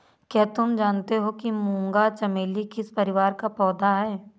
क्या तुम जानते हो कि मूंगा चमेली किस परिवार का पौधा है?